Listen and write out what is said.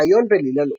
"ראיון בלי-לה-לו".